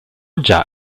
già